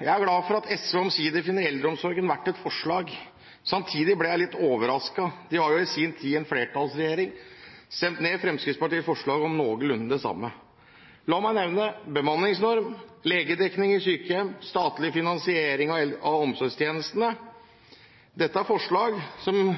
glad for at SV omsider finner eldreomsorgen verdt et forslag. Samtidig ble jeg litt overrasket, de stemte jo i sin tid i flertallsregjering ned Fremskrittspartiets forslag om noenlunde det samme – la meg nevne bemanningsnorm, legedekning i sykehjem og statlig finansiering av omsorgstjenestene. Dette er forslag til gode